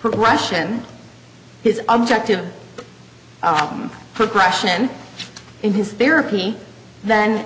progression his objective progression in his therapy then